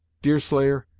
deerslayer,